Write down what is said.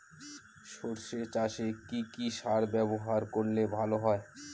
সর্ষে চাসে কি কি সার ব্যবহার করলে ভালো হয়?